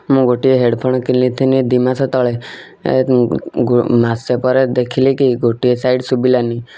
ମୁଁ ଗୋଟିଏ ହେଡ଼ଫୋନ କିଲିଥିନି ଦୁଇମାସ ତଳେ ମାସେ ପରେ ଦେଖିଲି କି ଗୋଟିଏ ସାଇଡ଼ ଶୁବିଲାନି